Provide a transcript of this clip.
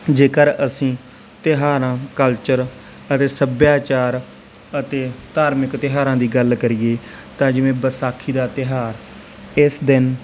ਜੇਕਰ ਅਸੀਂ ਤਿਉਹਾਰਾਂ ਕਲਚਰ ਅਤੇ ਸੱਭਿਆਚਾਰ ਅਤੇ ਧਾਰਮਿਕ ਤਿਉਹਾਰਾਂ ਦੀ ਗੱਲ ਕਰੀਏ ਤਾਂ ਜਿਵੇਂ ਵਿਸਾਖੀ ਦਾ ਤਿਉਹਾਰ ਇਸ ਦਿਨ